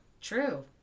True